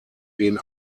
den